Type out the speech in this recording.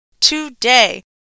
Today